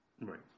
Right